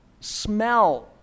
smell